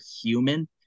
human